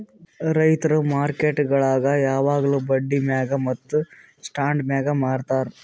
ರೈತುರ್ ಮಾರುಕಟ್ಟೆಗೊಳ್ ಯಾವಾಗ್ಲೂ ಬಂಡಿ ಮ್ಯಾಗ್ ಮತ್ತ ಸ್ಟಾಂಡ್ ಮ್ಯಾಗ್ ಮಾರತಾರ್